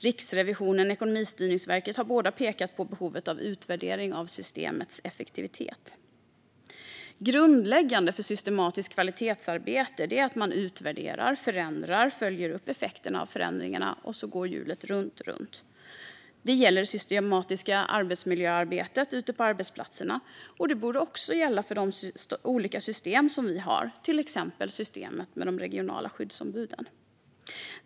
Riksrevisionen och Ekonomistyrningsverket har pekat på behovet av utvärdering av systemets effektivitet. Grundläggande för systematiskt kvalitetsarbete är att man utvärderar, förändrar och följer upp effekterna av förändringarna, och så går hjulet runt. Det gäller det systematiska arbetsmiljöarbetet ute på arbetsplatserna, och det borde också gälla för de olika system som vi har, till exempel systemet med de regionala skyddsombuden.